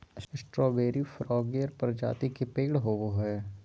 strawberry फ्रगार्य प्रजाति के पेड़ होव हई